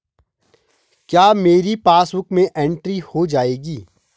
क्या मेरी पासबुक में एंट्री हो जाएगी?